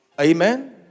Amen